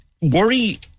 worry